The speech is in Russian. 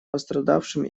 пострадавшим